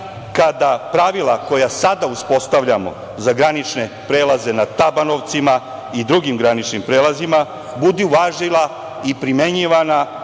kada pravila koja sada uspostavljamo za granične prelaze na Tabanovcima i drugim graničnim prelazima budu važila i primenjivana